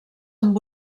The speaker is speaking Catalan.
amb